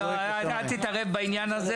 אל תתערב בעניין הזה.